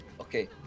okay